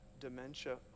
dementia